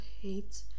hate